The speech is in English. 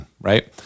right